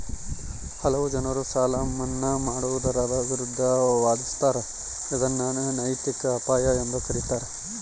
ಕೆಲವು ಜನರು ಸಾಲ ಮನ್ನಾ ಮಾಡುವುದರ ವಿರುದ್ಧ ವಾದಿಸ್ತರ ಇದನ್ನು ನೈತಿಕ ಅಪಾಯ ಎಂದು ಕರೀತಾರ